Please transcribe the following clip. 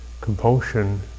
compulsion